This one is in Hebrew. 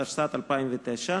התשס"ט 2009,